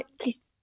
please